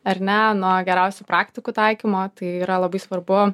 ar ne nuo geriausių praktikų taikymo tai yra labai svarbu